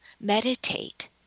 meditate